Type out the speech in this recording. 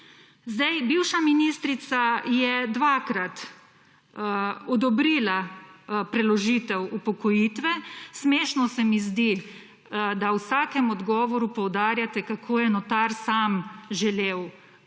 Celje. Bivša ministrica je dvakrat odobrila preložitev upokojitve. Smešno se mi zdi, da v vsakemu odgovoru poudarjate, kako je notar sam želel oziroma